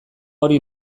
hori